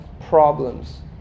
problems